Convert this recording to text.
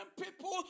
people